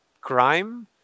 crime